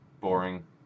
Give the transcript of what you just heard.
Boring